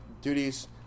duties